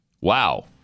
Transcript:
Wow